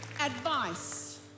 advice